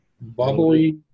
bubbly